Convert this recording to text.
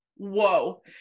whoa